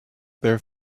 their